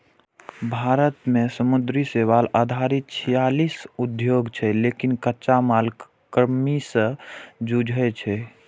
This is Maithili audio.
भारत मे समुद्री शैवाल आधारित छियालीस उद्योग छै, लेकिन कच्चा मालक कमी सं जूझै छै